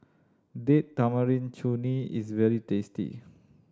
Date Tamarind Chutney is very tasty